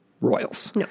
royals